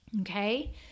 Okay